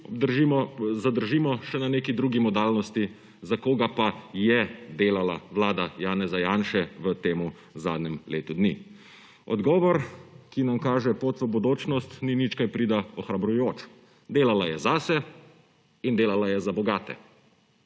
zadržimo še na neki drugi modalnosti, za koga pa je delala vlada Janeza Janše v temu zadnjem letu dni. Odgovor, ki nam kaže pot v bodočnost, ni nič kaj prida ohrabrujoč, delala je zase in delala je za bogate.